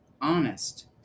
honest